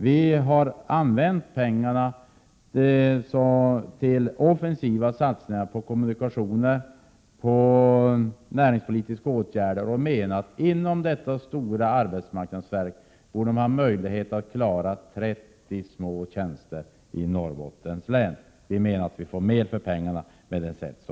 Vi har föreslagit att pengarna skall användas till offensiva satsningar på kommunikationer och näringspolitiska åtgärder och menat att man inom det stora arbetsmarknadsverket borde ha möjlighet att klara 30 tjänster till Norrbottens län. Vi anser att man får mer för pengarna med vårt förslag.